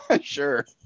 Sure